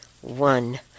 one